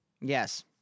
Yes